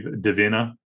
Divina